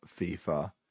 FIFA